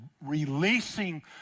releasing